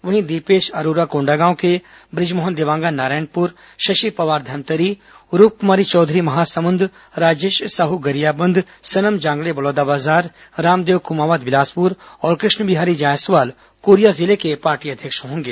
वहीं दीपेश अरोरा कोंडागांव के बृजमोहन देवांगन नारायणपुर शशि पवार धमतरी रूपकुमारी चौधरी महासमुंद राजेश साहू गरियाबंद सनम जांगड़े बलौदाबाजार रामदेव कुमावत बिलासपुर और कृ ष्ण बिहारी जायसवाल कोरिया जिले के पार्टी अध्यक्ष होंगे